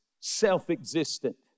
Self-existent